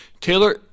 Taylor